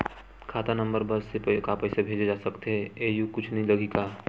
खाता नंबर बस से का पईसा भेजे जा सकथे एयू कुछ नई लगही का?